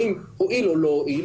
האם הועיל או לא הועיל,